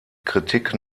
kritik